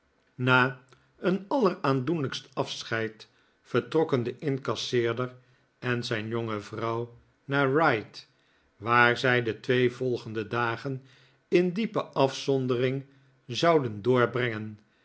na een alleraandoenlijkst afscheid vertrokken de incasseerder en zijn jonge vrouw naar ryde waar zij de twee volgende dagen in diepe afzondering zouden doorbrengen